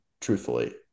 truthfully